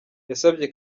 yasabye